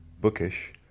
Bookish